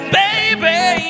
baby